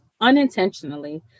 unintentionally